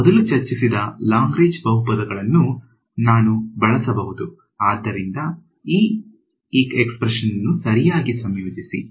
ನಾವು ಮೊದಲು ಚರ್ಚಿಸಿದ ಲಾಗ್ರೇಂಜ್ ಬಹುಪದಗಳನ್ನು ನಾನು ಬಳಸಬಹುದು ಆದ್ದರಿಂದ ಈ ಎಕ್ಸ್ಪ್ರೆಶನ್ ಅನ್ನು ಸರಿಯಾಗಿ ಸಂಯೋಜಿಸಿ